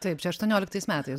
taip čia aštuonioliktais metais